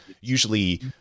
Usually